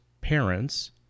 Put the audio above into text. parents